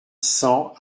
cent